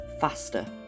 faster